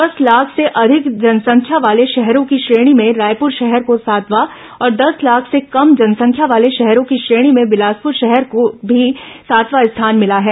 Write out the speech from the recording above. दस लाख से अधिक जनसंख्या वाले शहरों की श्रेणी में रायपुर शहर को सातवां और दस लाख से कम जनसंख्या वाले शहरों की श्रेणी में बिलासपुर शहर को भी सातवां स्थान मिला है